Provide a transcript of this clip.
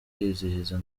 yizihiza